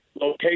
location